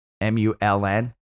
M-U-L-N